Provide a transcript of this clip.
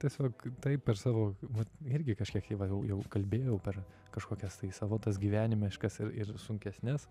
tiesiog taip per savo vat irgi kažkiek jau gal jau ir kalbėjau per kažkokias tai savo tas gyvenimiškas ir ir sunkesnes